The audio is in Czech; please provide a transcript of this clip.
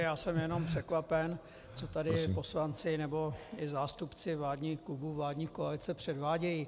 Já jsem jenom překvapen, co tady poslanci nebo i zástupci vládních klubů, vládní koalice předvádějí.